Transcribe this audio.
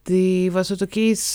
tai va su tokiais